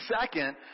second